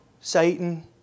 Satan